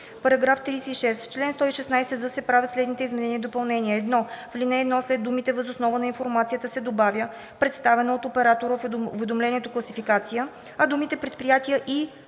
§ 35: „§ 35. В чл. 116з се правят следните изменения и допълнения: 1. В ал. 1 след думите „въз основа на информацията“ се добавя „представена от оператора в уведомлението за класификация“, а думите „предприятия и/или